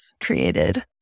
created